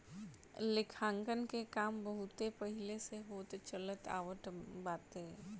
लेखांकन के काम बहुते पहिले से होत चलत आवत बाटे